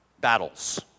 battles